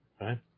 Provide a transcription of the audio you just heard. Right